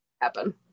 happen